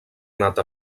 nata